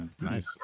Nice